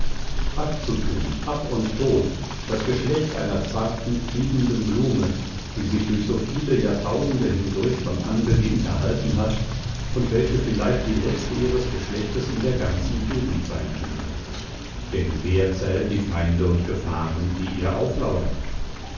abzutun ab und tot das geschlecht einer zarten fliegenden blume die sich durch so viele jahrtausende hindurch von anbeginn erhalten hat und welche vielleicht die letzte ihres geschlechtes in der ganzen gegend sein könnte denn wer zählt die feinde und gefahren die ihr auflauern